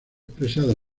expresada